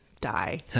die